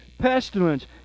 pestilence